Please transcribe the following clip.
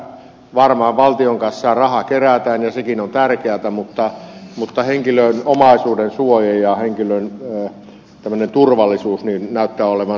varmaan valtion kassaan rahaa kerätään ja sekin on tärkeätä mutta henkilön omaisuudensuoja ja henkilön turvallisuus näyttää olevan sivuasia